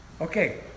Okay